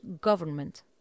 government